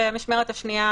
והמשמרת השנייה,